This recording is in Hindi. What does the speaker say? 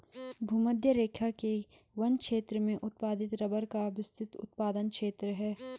भूमध्यरेखा के वन क्षेत्र में उत्पादित रबर का विस्तृत उत्पादन क्षेत्र है